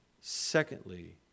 secondly